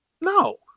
No